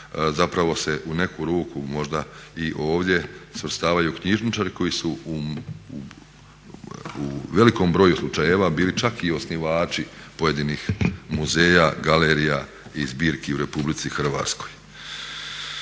zapravo se u neku ruku možda i ovdje svrstavaju knjižničari koji su u velikom broju slučajeva bili čak i osnivači pojedinih muzeja, galerija i zbirki u RH. Ono što